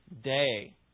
day